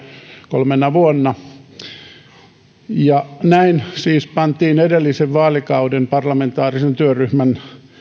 kolmena vuonna näin siis pantiin edellisen vaalikauden parlamentaarisen työryhmän